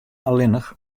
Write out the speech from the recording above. allinnich